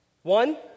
One